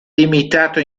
limitato